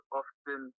often